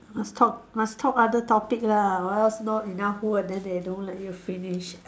must talk must talk other topic lah or else not enough word then they don't let you finish